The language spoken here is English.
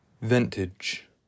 vintage